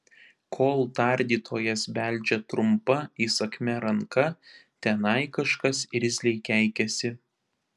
kol tardytojas beldžia trumpa įsakmia ranka tenai kažkas irzliai keikiasi